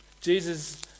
Jesus